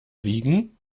wiegen